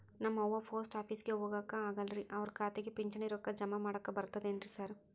ನಮ್ ಅವ್ವ ಪೋಸ್ಟ್ ಆಫೇಸಿಗೆ ಹೋಗಾಕ ಆಗಲ್ರಿ ಅವ್ರ್ ಖಾತೆಗೆ ಪಿಂಚಣಿ ರೊಕ್ಕ ಜಮಾ ಮಾಡಾಕ ಬರ್ತಾದೇನ್ರಿ ಸಾರ್?